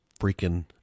freaking